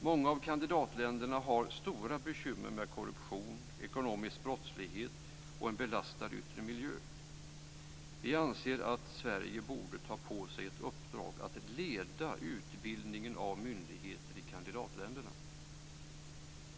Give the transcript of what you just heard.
Många av kandidatländerna har stora bekymmer med korruption, ekonomisk brottslighet och en belastad yttre miljö. Vi anser att Sverige borde ta på sig ett uppdrag att leda utbildningen av myndigheter i kandidatländerna.